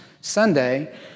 Sunday